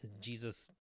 jesus